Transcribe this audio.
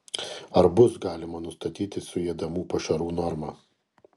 ar bus galima nustatyti suėdamų pašarų normą